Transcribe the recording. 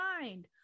mind